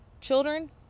children